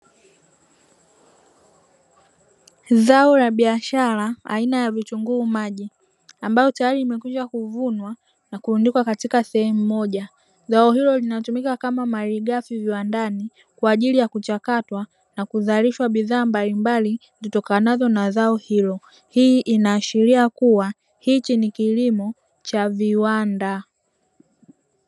Zao ka biashara aina ya vitunguu maji ambalo tayari vimekwisha kuvunwa na kulundikwa katika sehemu moja, zao hilo linatumika kama malighafi viwandani kwajili ya kuchakatwa na kuzalishwa bidhaa mbalimbali zitokanazo na zao hilo, hii ina ashiria kuwa hichi ni kilimo cha viwanda.